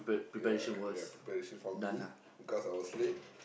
ya ya preparation for me because I was late